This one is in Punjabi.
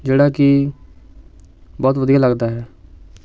ਜਿਹੜਾ ਕਿ ਬਹੁਤ ਵਧੀਆ ਲੱਗਦਾ ਹੈ